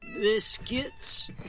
Biscuits